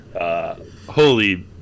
Holy